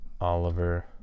Oliver